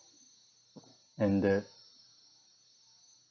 and that